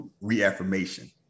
reaffirmation